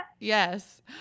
Yes